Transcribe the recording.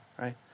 right